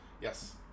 Yes